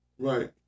Right